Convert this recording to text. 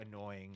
annoying